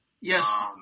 Yes